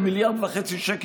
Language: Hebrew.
ל-1.5 מיליארד השקלים.